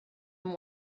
and